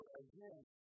again